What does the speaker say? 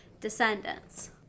descendants